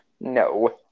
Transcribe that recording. No